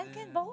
כן, כן, ברור.